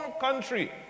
country